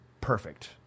Perfect